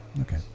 Okay